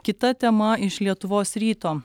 kita tema iš lietuvos ryto